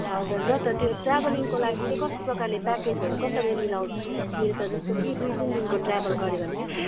हजुर र त त्यो ट्राभलिङको लागि चाहिँ कस्तो प्रकारले प्याकेजहरू कसरी मिलाउँछ मिल्छ जस्तो कि दुई तिन दिनको ट्राभल गऱ्यो भने